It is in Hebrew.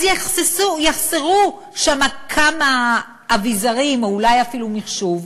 אז יחסרו שם כמה אביזרים או אולי אפילו מחשוב,